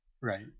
right